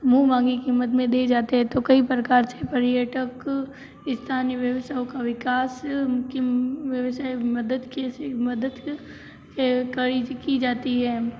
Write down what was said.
मुँह मांगी कीमत में दे जाते हैं तो कई प्रकार से पर्यटक स्थानीय व्यवसायों का विकास की व्यवसाय मदद मदद के करी की जाती है